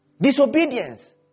Disobedience